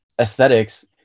aesthetics